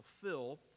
fulfill